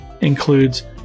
includes